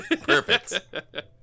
perfect